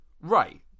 Right